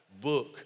book